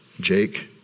Jake